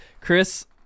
Chris